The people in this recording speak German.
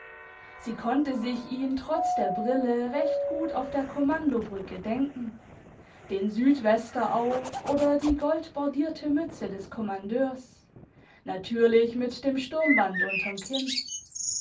sie konnte sich ihn trotz der brille recht gut auf der kommandobrücke denken den südwester auf oder die goldbordierte mütze des kommandeurs natürlich mit dem sturmband unterm kinn